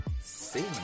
see